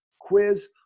quiz